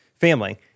family